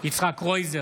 יצחק קרויזר,